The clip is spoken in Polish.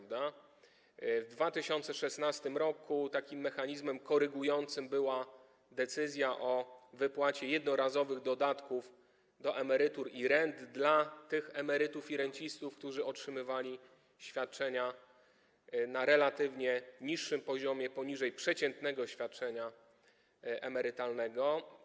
W 2016 r. takim mechanizmem korygującym była decyzja o wypłacie jednorazowych dodatków do emerytur i rent dla tych emerytów i rencistów, którzy otrzymywali świadczenia na relatywnie niższym poziomie, poniżej przeciętnego świadczenia emerytalnego.